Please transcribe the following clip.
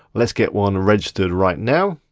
let's get one registered right now.